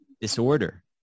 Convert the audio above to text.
disorder